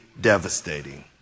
devastating